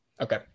Okay